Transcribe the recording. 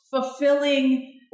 fulfilling